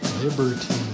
liberty